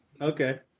Okay